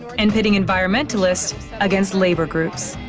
and pitting environmentalists against labor groups.